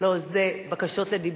לא, אלה בקשות לדיבור.